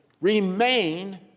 Remain